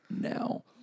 now